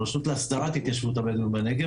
הרשות להסדרת התיישבות הבדווים בנגב,